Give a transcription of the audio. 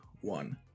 one